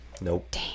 Nope